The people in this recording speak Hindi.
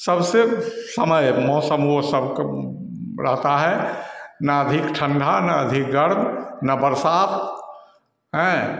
सबसे समय मौसम वह सबको रहता है न अधिक ठण्डा न अधिक गरम न बरसात